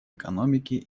экономике